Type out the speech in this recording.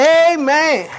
amen